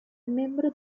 membro